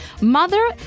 mother